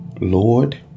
Lord